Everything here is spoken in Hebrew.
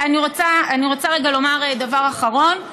אני רוצה לומר דבר אחרון: